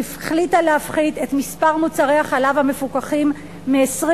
והחליטה להפחית את מספר מוצרי החלב המפוקחים מ-20